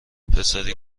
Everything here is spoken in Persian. پسری